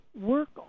work